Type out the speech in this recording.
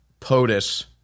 POTUS